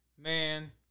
Man